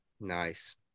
Nice